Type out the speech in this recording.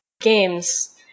games